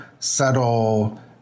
Subtle